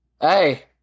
Hey